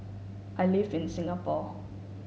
I live in Singapore